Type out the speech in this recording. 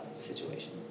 situation